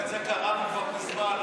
את זה קראנו כבר מזמן,